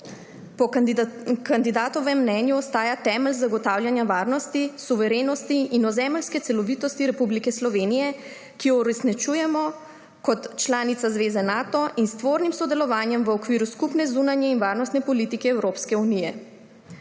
po kandidatovem mnenju ostaja temelj zagotavljanja varnosti, suverenosti in ozemeljske celovitosti Republike Slovenije, ki jo uresničujemo kot članica zveze Nato in s tvornim sodelovanjem v okviru skupne zunanje in varnostne politike Evropske unije.